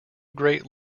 great